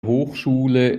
hochschule